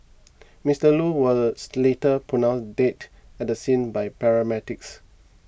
Mister Loo was later pronounced dead at the scene by paramedics